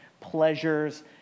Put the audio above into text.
pleasures